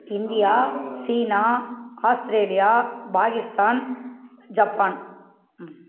India சீனா Australia Pakistan Japan ம்